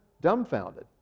dumbfounded